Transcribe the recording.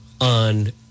on